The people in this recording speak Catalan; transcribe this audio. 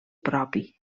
propi